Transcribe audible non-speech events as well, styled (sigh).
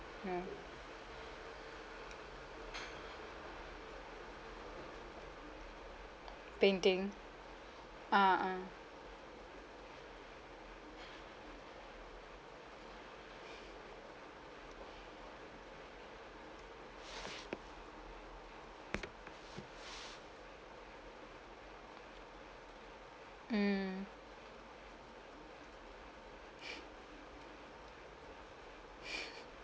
hmm painting ah ah mm (laughs)